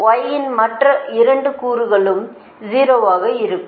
Y யின் மற்ற 2 கூறுகளும் 0 ஆக இருக்கும்